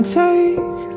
take